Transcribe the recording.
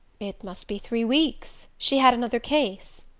it must be three weeks. she had another case.